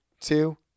two